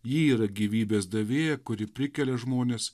ji yra gyvybės davėja kuri prikelia žmones